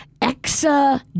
Exa